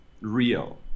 real